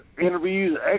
interviews